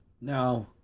Now